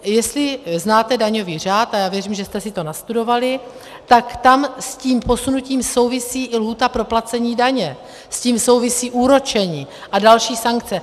Jestli znáte daňový řád, a já věřím, že jste si to nastudovali, tak tam s tím posunutím souvisí i lhůta pro placení daně, s tím souvisí úročení a další sankce.